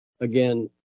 again